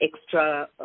extra